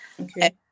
Okay